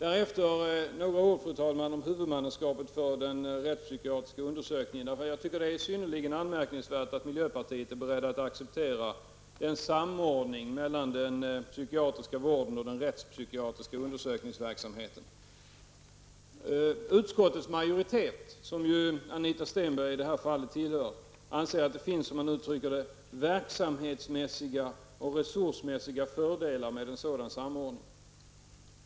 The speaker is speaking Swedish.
Sedan några ord, fru talman, angående huvudmannaskapet för den rättspsykiatriska undersökningen. Jag tycker det är synnerligen anmärkningsvärt att miljöpartiet är berett att acceptera en samordning mellan den psykiatriska vården och den rättspsykiatriska undersökningsverksamheten. Utskottets majoritet, som ju Anita Stenberg i detta fall tillhör, anser att det finns ''verksamhetsmässigt och resursmässiga fördelar med en sådan samordning''.